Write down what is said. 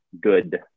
good